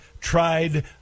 tried